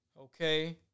Okay